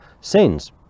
sins